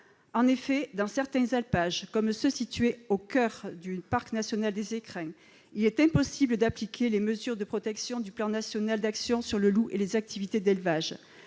En effet, dans certains alpages comme ceux qui sont situés au coeur du parc national des Écrins, il est impossible d'appliquer les mesures de protection du plan national d'actions sur le loup et les activités d'élevage.